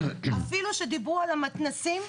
אפילו שדיברו על המתנ"סים,